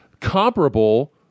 comparable